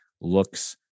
looks